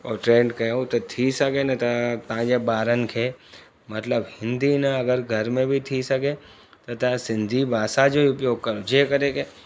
ऐं ट्रेंड कयो त थी सघे न त तव्हांजे ॿारनि खे मतलबु हिंदी न अगरि घर में बि थी सघे त तव्हां सिंधी भाषा जो ई उपयोग कयो जीअं करे की